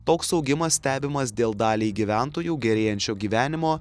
toks augimas stebimas dėl daliai gyventojų gerėjančio gyvenimo